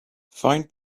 find